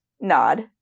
nod